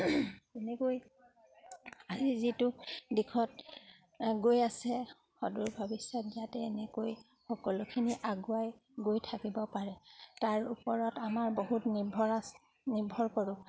তেনেকৈ আজি যিটো দিশত গৈ আছে সদূৰ ভৱিষ্যত যাতে এনেকৈ সকলোখিনি আগুৱাই গৈ থাকিব পাৰে তাৰ ওপৰত আমাৰ বহুত নিৰ্ভৰ আছে নিৰ্ভৰ কৰোঁ